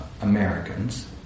Americans